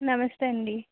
నమస్తే అండి